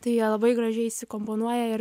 tai jie labai gražiai įsikomponuoja ir